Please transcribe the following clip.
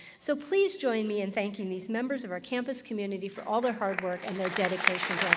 so please join me in thanking these members of our campus community for all their hard work and their dedication